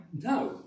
no